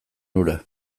hura